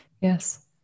yes